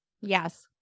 Yes